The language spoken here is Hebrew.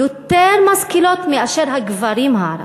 יותר משכילות מאשר הגברים הערבים.